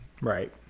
Right